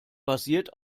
basiert